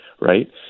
right